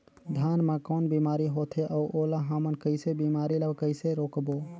धान मा कौन बीमारी होथे अउ ओला हमन कइसे बीमारी ला कइसे रोकबो?